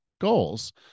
goals